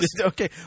Okay